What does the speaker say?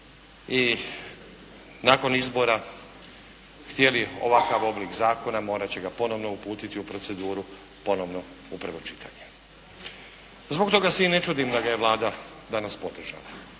i nakon izbora htjeli ovakav oblik zakona morat će ga ponovno uputiti u proceduru, ponovo u prvo čitanje. Zbog toga se i ne čudim da ga je Vlada danas podržala.